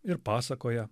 ir pasakoja